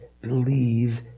believe